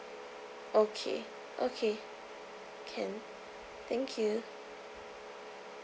okay okay can thank you